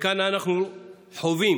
כאן אנחנו חווים